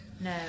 No